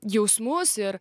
jausmus ir